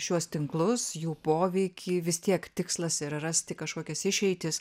šiuos tinklus jų poveikį vis tiek tikslas yra rasti kažkokias išeitis